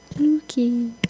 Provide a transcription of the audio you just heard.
Okay